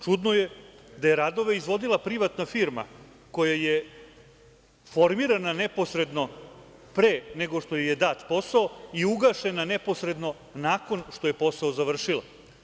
Čudno je da je radove izvodila privatna firma koja je formirana neposredno pre nego što joj je dat posao i ugašena neposredno nakon što je posao završila.